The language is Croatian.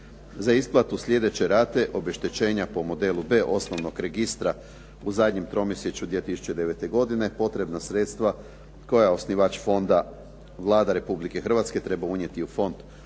Za isplatu slijedeće rate obeštećenja po modelu B osnovnog registra u zadnjem tromjesečju 2009. godine potrebna sredstva koja osnivač fonda Vlada Republike Hrvatske treba unijeti u fond